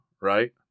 right